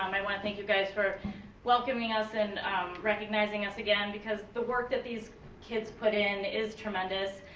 um i want to thank you guys for welcoming us and recognizing us again because the work that these kids put in is tremendous.